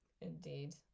indeed